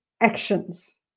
actions